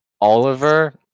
Oliver